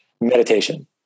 meditation